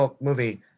movie